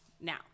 now